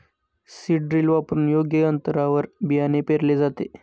seed drill वापरून योग्य अंतरावर बियाणे पेरले जाते